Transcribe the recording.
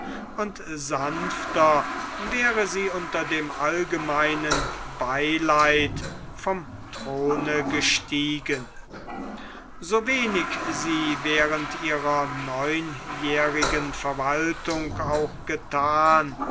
und sanfter wäre sie unter dem allgemeinen beileid vom throne gestiegen so wenig sie während ihrer neunjährigen verwaltung auch gethan